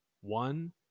one